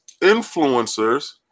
influencers